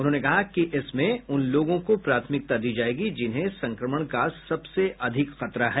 उन्होंने कहा कि इसमें उन लोगों को प्राथमिकता दी जाएगी जिन्हें संक्रमण का सबसे अधिक खतरा है